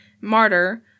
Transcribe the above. martyr